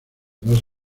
dos